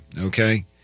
okay